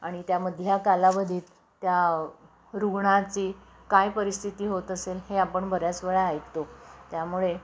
आणि त्यामधल्या कालावधीत त्या रुग्णाची काय परिस्थिती होत असेल हे आपण बऱ्याच वेळा ऐकतो त्यामुळे